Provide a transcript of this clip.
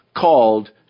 called